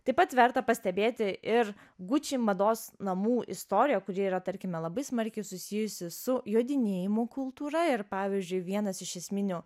taip pat verta pastebėti ir gucci mados namų istoriją kuri yra tarkime labai smarkiai susijusi su jodinėjimo kultūra ir pavyzdžiui vienas iš esminių